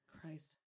Christ